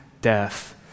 death